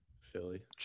Philly